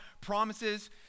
promises